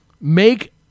Make